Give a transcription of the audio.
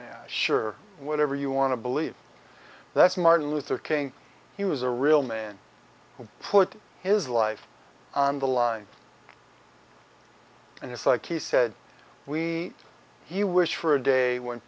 yeah sure whatever you want to believe that's martin luther king he was a real man who put his life on the line and it's like he said we he wished for a day when